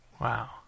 Wow